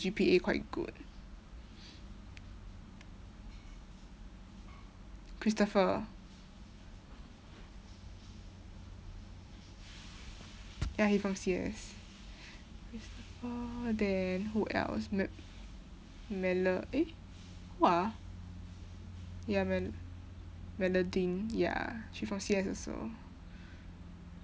G_P_A quite good christopher ya he from C_S christopher then who else me~ mela~ eh who ah ya mel~ melodyne ya she from C_S also